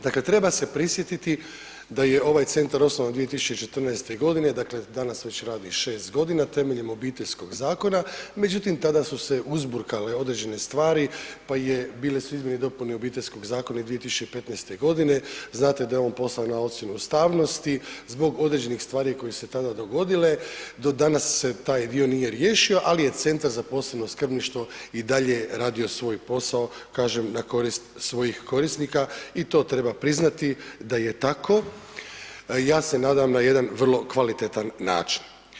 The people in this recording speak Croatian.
Dakle, treba se prisjetiti da je ovaj centar osnovan 2014.g., dakle danas radi već 6.g. temeljem Obiteljskog zakona, međutim tada su se uzburkale određene stvari, pa je, bile su izmjene i dopune Obiteljskog zakona i 2015.g., znate da je on poslan na ocjenu ustavnosti zbog određenih stvari koje su se tada dogodile, do danas se taj dio nije riješio, ali je Centar za posebno skrbništvo i dalje radio svoj posao, kažem na korist svojih korisnika i to treba priznati da je tako, ja se nadam na jedan vrlo kvalitetan način.